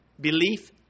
belief